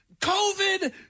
COVID